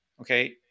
okay